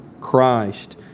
Christ